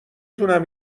تونم